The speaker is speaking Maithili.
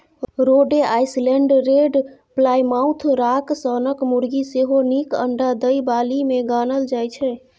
रोडे आइसलैंड रेड, प्लायमाउथ राँक सनक मुरगी सेहो नीक अंडा दय बालीमे गानल जाइ छै